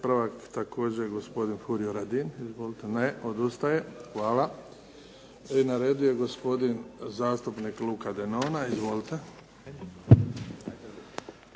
Ispravak također gospodin Furio Radin. Izvolite. Ne. Odustaje. Hvala. Na redu je gospodin zastupnik Luka Denona. Izvolite.